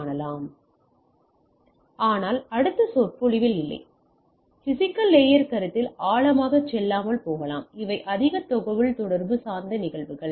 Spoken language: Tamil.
ஆனால் பிஸிக்கல் லேயர் கருத்தில் ஆழமாகச் செல்லாமல் போகலாம் இவை அதிக தகவல் தொடர்பு சார்ந்த நிகழ்வுகள்